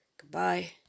Goodbye